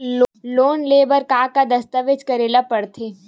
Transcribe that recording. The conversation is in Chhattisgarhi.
लोन ले बर का का दस्तावेज करेला पड़थे?